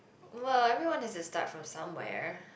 !wah! everyone has to start from somewhere